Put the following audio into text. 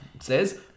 says